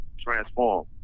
transform